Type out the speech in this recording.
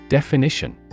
Definition